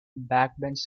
backbench